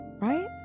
right